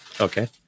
okay